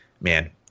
man